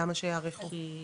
אנחנו יודעים